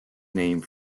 name